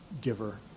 giver